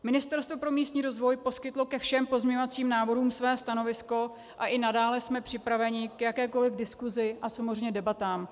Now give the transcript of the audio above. Ministerstvo pro místní rozvoj poskytlo ke všem pozměňovacím návrhům své stanovisko a i nadále jsme připraveni k jakékoliv diskusi a samozřejmě debatám.